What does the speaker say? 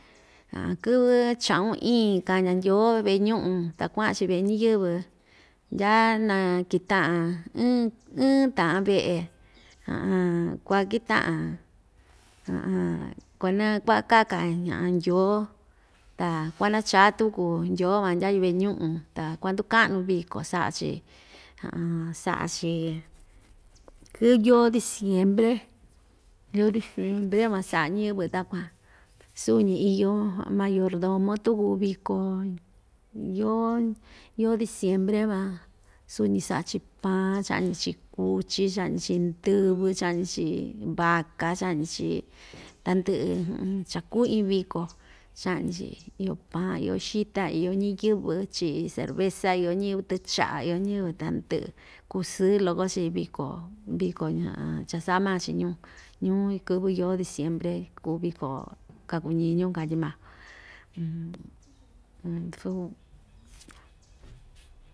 kɨvɨ cha'un iin kaña ndyoo ve'e ñu'un ta kua'an‑chi ve'e ñiyɨvɨ ndyaa na kita'an ɨɨn ɨɨn ta'an ve'e kuakita'an kuana kuakaka ndyoo ta kuanachá tuku ndyoo van ndya yuve'e ñu'un ta kuanduka'nu viko sa'a‑chi sa'a‑chi kɨy yoo diciembre yoo diciembre van sa'a ñɨvɨ takuan suu‑ñi iyo mayordomo tuku viko yoo yoo diciembre van suu‑ñi sa'a‑chi pan cha'ñi‑chi kuchi, cha'ñi‑chi ndɨvɨ, cha'ñi‑chi vaca cha'ñi‑chi tandɨ'ɨ chakuu iin viko cha'ñi‑chi iyo paan iyo xita iyo ñiyɨvɨ chi'i cerveza iyo ñɨvɨ tɨcha'a iyo ñɨvɨ tandɨ'ɨ kusɨɨ loko‑chi viko viko cha‑sa'a maa‑chi ñuu ñuu kɨvɨ yoo diciembre kuu viko kaku ñiñú katyi ma.